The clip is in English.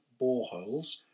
boreholes